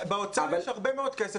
באוצר יש הרבה מאוד כסף.